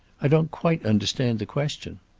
i don't quite understand the question.